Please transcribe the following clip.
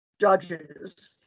judges